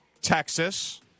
Texas